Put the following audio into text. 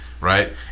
right